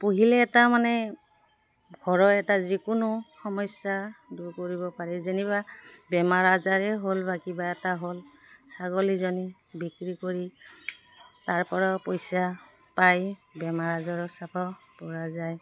পুহিলে এটা মানে ঘৰৰ এটা যিকোনো সমস্যা দূৰ কৰিব পাৰি যেনিবা বেমাৰ আজাৰে হ'ল বা কিবা এটা হ'ল ছাগলীজনী বিক্ৰী কৰি তাৰ পৰাও পইচা পাই বেমাৰ আজাৰৰ চাব পৰা যায়